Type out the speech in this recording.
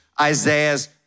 Isaiah's